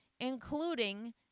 including